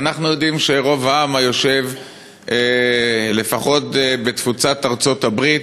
אנחנו יודעים שרוב העם היושב לפחות בתפוצת ארצות-הברית,